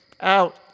out